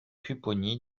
pupponi